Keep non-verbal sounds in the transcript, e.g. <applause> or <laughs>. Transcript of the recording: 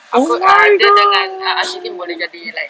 oh my god <laughs>